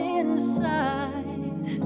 inside